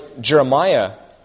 Jeremiah